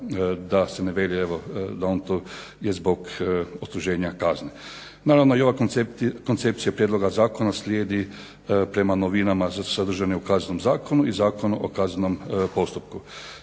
da se ne veli da on to je zbog odsluženja kazne. Naravno, i ova koncepcija prijedloga zakona slijedi prema novinama sadržanim u Kaznenom zakonu i Zakonu o kaznenom postupku.